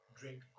drink